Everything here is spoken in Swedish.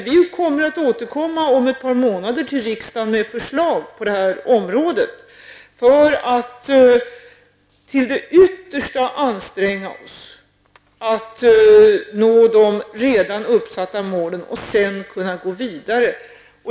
Regeringen kommer om ett par månader att återkomma till riksdagen med förslag på detta område för att till det yttersta anstränga oss att uppnå de redan uppsatta målen och sedan kunna gå vidare.